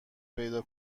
پیدا